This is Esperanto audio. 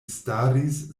staris